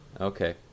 Okay